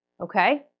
okay